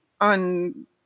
on